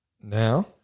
Now